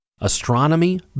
astronomy